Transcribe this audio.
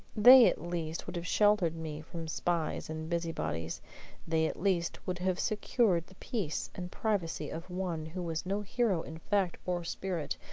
they at least would have sheltered me from spies and busybodies they at least would have secured the peace and privacy of one who was no hero in fact or spirit,